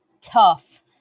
Tough